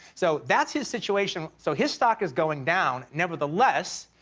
so that's his situation. so his stock is going down. nevertheless,